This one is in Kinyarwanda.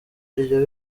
iryo